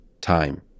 time